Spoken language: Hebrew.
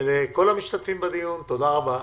לכל המשתתפים בדיון תודה רבה.